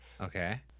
Okay